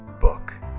book